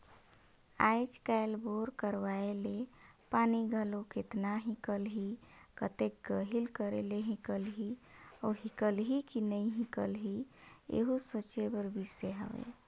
आएज काएल बोर करवाए ले पानी घलो केतना हिकलही, कतेक गहिल करे ले हिकलही अउ हिकलही कि नी हिकलही एहू सोचे कर बिसे हवे